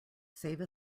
save